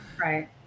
Right